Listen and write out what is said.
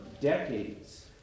decades